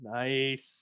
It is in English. Nice